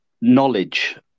knowledge